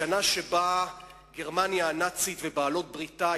השנה שבה גרמניה הנאצית ובעלות-בריתה,